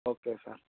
okay sir